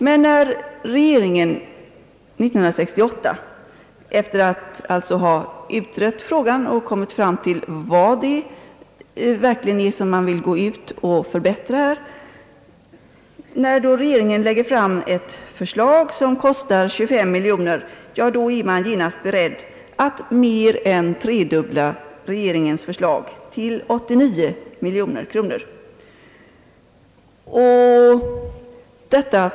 Men när regeringen 1968, efter att ha utrett frågan och kommit fram till vad det verkligen är som man vill förbättra, lägger fram ett förslag som kostar 25 miljoner kronor, är man genast beredd att mer än tredubbla detta förslag till 89 miljoner kronor.